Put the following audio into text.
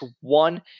one